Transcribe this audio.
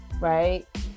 right